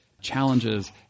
challenges